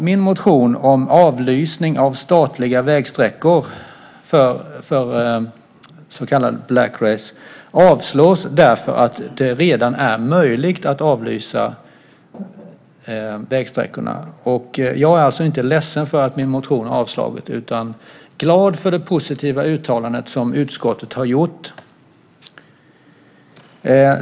Min motion om avlysning av statliga vägsträckor för så kallad Blackrace avstyrks eftersom det redan är möjligt att avlysa vägsträckorna. Jag är alltså inte ledsen för att min motion har avstyrkts utan glad för det positiva uttalande som utskottet har gjort.